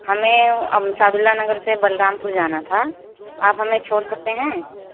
ہمیں Sadullahnagar سے Balrampur جانا تھا آپ ہمیں چھوڑ سکتے ہیں